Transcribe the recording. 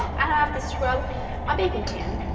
i don't have to scrub my baking pan!